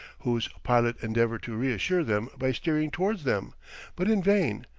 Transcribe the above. whose pilot endeavoured to reassure them by steering towards them but in vain,